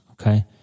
okay